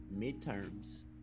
midterms